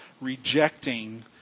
rejecting